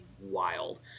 wild